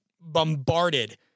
bombarded